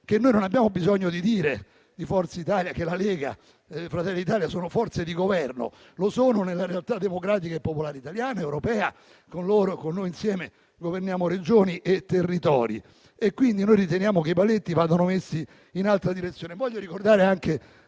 Italia non abbiamo bisogno di dire che la Lega e Fratelli d'Italia sono forze di Governo: lo sono nella realtà democratica e popolare italiana ed europea. Noi, insieme con loro, governiamo Regioni e territori e riteniamo che i paletti vadano messi in altra direzione. Voglio ricordare anche